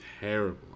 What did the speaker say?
terrible